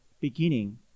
beginning